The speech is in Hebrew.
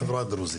החברה הדרוזית.